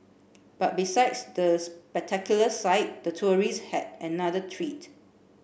but besides the spectacular sight the tourist had another treat